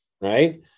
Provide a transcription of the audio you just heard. right